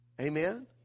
Amen